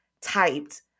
typed